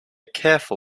careful